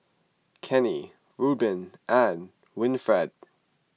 Kenney Rueben and Winfred